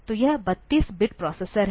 तो यह 32 bit processor है